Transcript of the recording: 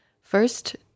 First